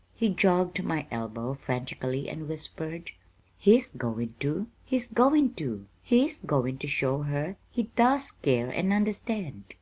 he jogged my elbow frantically and whispered he's goin' to he's goin' to! he's goin' to show her he does care and understand!